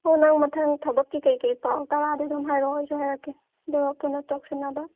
ꯍꯣ ꯅꯪ ꯃꯊꯪ ꯊꯕꯛꯀꯤ ꯀꯔꯤ ꯀꯔꯤ ꯄꯥꯎ ꯇꯥꯔꯛ ꯑꯗꯤ ꯑꯗꯨꯝ ꯍꯥꯏꯔꯛꯑꯣ ꯑꯩꯁꯨ ꯍꯥꯏꯔꯛꯀꯦ ꯑꯗꯣ ꯀꯩꯅꯣ ꯇꯧꯁꯤꯟꯅꯕ